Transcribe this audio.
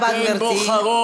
תודה רבה, גברתי.